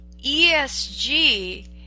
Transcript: ESG